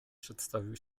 przedstawił